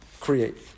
create